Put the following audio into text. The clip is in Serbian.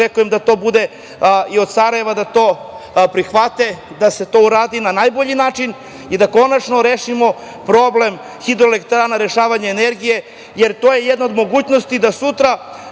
očekujem da to bude i od Sarajeva, da to prihvate, da se to uradi na najbolji način i da konačno rešimo problem hidroelektrana, rešavanje energije, jer to je jedna od mogućnosti da sutra